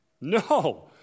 No